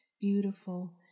beautiful